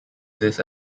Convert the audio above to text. this